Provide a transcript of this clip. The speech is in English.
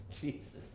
Jesus